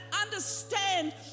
understand